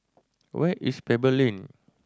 where is Pebble Lane